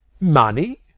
Money